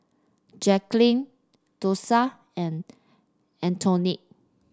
Jacklyn Dosha and Antoine